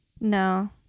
No